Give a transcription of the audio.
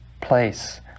place